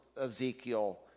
Ezekiel